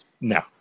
No